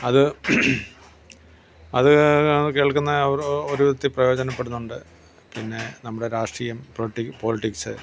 അത് അത് കേൾക്കുന്ന ഒരു ഒരു വിധത്തിൽ പ്രയോജനപ്പെടുന്നുണ്ട് പിന്നേ നമ്മുടെ രാഷ്ട്രീയം പ്രോട്ടി പൊളിറ്റിക്സ്